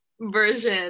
version